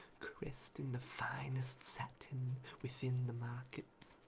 caressed in the finest satin within the market.